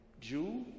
Jew